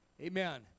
Amen